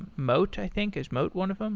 moat, i think. is moat one of um